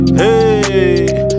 hey